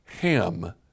Ham